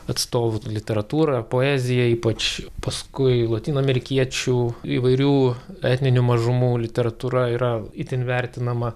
atstovų literatūra poezija ypač paskui lotynų amerikiečių įvairių etninių mažumų literatūra yra itin vertinama